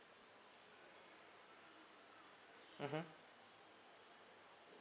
mmhmm